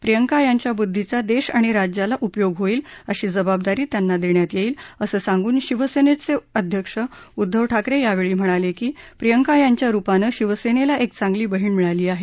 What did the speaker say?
प्रियंका यांच्या बुद्धीचा देश आणि राज्याला उपयोग होईल अशी जबाबदारी त्यांना देण्यात येईल असं सांगून शिवसेनेचे अध्यक्ष उद्धव ठाकरे यावेळी म्हणाले की प्रियंका यांच्या रुपानं शिवसेनेला एक चांगली बहीण मिळाली आहे